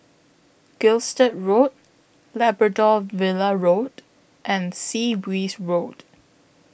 Gilstead Road Labrador Villa Road and Sea Breeze Road